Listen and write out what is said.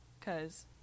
Cause